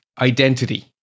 identity